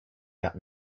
out